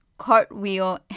cartwheel